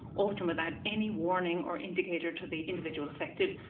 often without any warning or indicator to the individual affected,